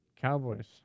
Cowboys